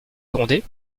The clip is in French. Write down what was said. grondé